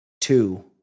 Two